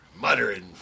muttering